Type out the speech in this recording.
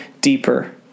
deeper